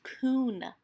Coon